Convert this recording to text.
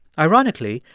ironically,